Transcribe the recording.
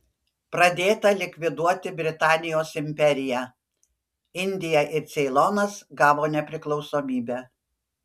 pradėta likviduoti britanijos imperiją indija ir ceilonas gavo nepriklausomybę